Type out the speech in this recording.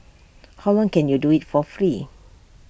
how long can you do IT for free